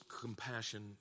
compassion